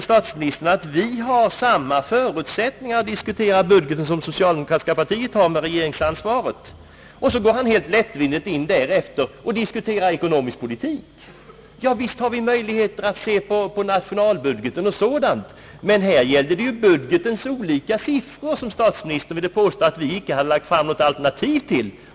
Statsministern påstår att vi har samma förutsättningar att diskutera budgeten som det socialdemokratiska partiet har med regeringsansvaret och går därefter helt lättvindigt in på att diskutera ekonomisk politik. Ja, visst har vi möjligheter att se på nationalbudgeten som sådan, men här gäller det ju budgetens olika siffror, som statsministern ville påstå att vi inte hade lagt fram något alternativ till.